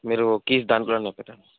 మీరు కీస్ దాంట్లోనే పెట్టండి